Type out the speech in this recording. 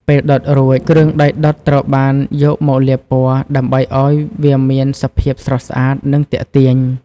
ពេលដុតរួច គ្រឿងដីដុតត្រូវបានយកមក លាបពណ៌ ដើម្បីឲ្យវាមានសភាពស្រស់ស្អាតនិងទាក់ទាញ។